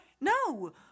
No